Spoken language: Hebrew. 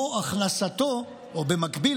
או במקביל,